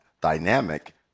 dynamic